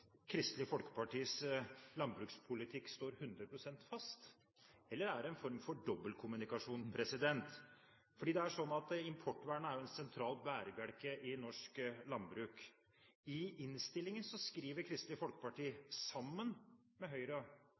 Kristelig Folkepartis landbrukspolitikk skal stå 100 pst. fast, eller er det en form for dobbeltkommunikasjon? Importvernet er jo en sentral bærebjelke i norsk landbruk. I innstillingen skriver Kristelig Folkeparti, sammen med Høyre og